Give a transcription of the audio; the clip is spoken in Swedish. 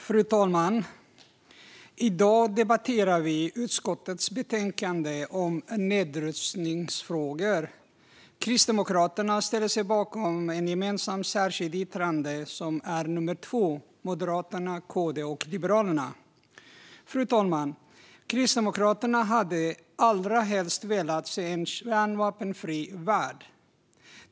Fru talman! I dag debatterar vi utskottets betänkande om nedrustningsfrågor. Kristdemokraterna ställer sig bakom det gemensamma särskilda yttrandet nr 2 från Moderaterna, KD och Liberalerna. Fru talman! Kristdemokraterna hade allra helst velat se en kärnvapenfri värld.